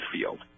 Field